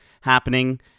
happening